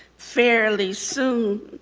fairly soon.